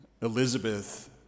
Elizabeth